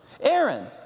Aaron